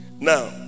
Now